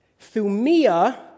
Thumia